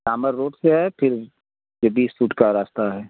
सामर road से है फिर बीस फुट का रास्ता है